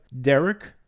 Derek